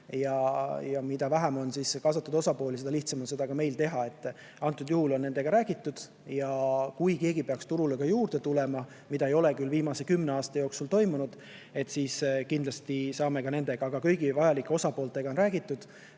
Mida vähem on kaasatud osapooli, seda lihtsam on ka meil seda teha. Antud juhul on nendega räägitud. Kui keegi peaks turule juurde tulema, mida ei ole küll viimase kümne aasta jooksul toimunud, siis kindlasti saame [rääkida] ka nendega. Aga kõigi vajalike osapooltega on räägitud